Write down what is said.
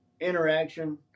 interaction